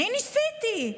אני ניסיתי,